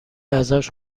ازش